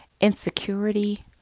insecurity